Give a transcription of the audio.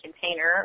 container